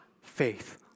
faith